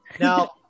Now